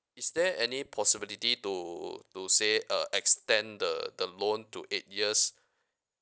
is there any possibility to to say uh extend the the loan to eight years